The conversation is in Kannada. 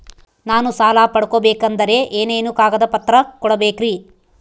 ನಾನು ಸಾಲ ಪಡಕೋಬೇಕಂದರೆ ಏನೇನು ಕಾಗದ ಪತ್ರ ಕೋಡಬೇಕ್ರಿ?